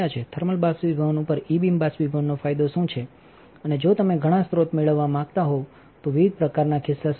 thermal બાષ્પીભવન ઉપર e beam બાષ્પીભવનનો ફાયદોશુંછેઅનેજો તમે ઘણા સ્રોત મેળવવા માંગતા હોવ તો વિવિધ પ્રકારના ખિસ્સાશુંછે